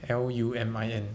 L U M I N